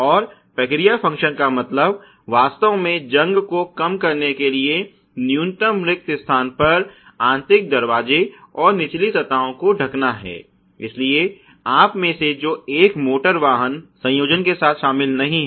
और प्रक्रिया फ़ंक्शन का मतलब वास्तव में जंग को कम करने के लिए न्यूनतम रिक्त स्थान पर आंतरिक दरवाजे और निचली सतहों को ढकना है इसलिए आप में से जो एक मोटर वाहन संयोजन के साथ शामिल नहीं हैं